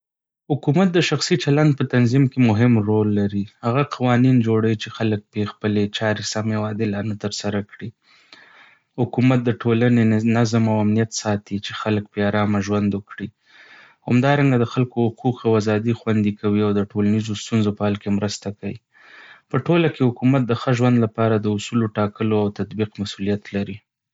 حکومت د شخصي چلند په تنظیم کې مهم رول لري. هغه قوانين جوړوي چې خلک پرې خپلې چارې سمې او عادلانه ترسره کړي. حکومت د ټولنې نظم او امنیت ساتي، چې خلک په ارامه ژوند وکړي. همدارنګه، د خلکو حقوق او آزادۍ خوندي کوي، او د ټولنیزو ستونزو په حل کې مرسته کوي. په ټوله کې، حکومت د ښه ژوند لپاره د اصولو ټاکلو او تطبیق مسؤلیت لري.